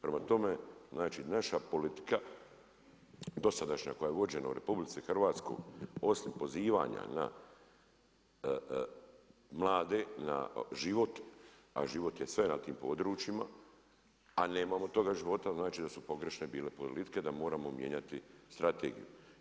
Prema tome, znači naša politika, dosadašnja koja je vođena u RH, osim pozivanja na mlade na život, a život je sve na tim područjima, a nemamo od toga života, znači da su pogrešne bile politike, da moramo mijenjati strategiju.